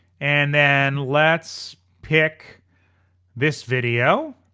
and then let's pick this video.